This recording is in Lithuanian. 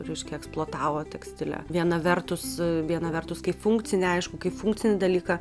reiškia eksploatavo tekstilę viena vertus viena vertus kaip funkcinę aišku kaip funkcinį dalyką